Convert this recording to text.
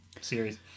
series